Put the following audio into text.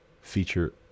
feature